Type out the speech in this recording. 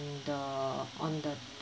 on the on the